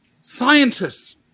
scientists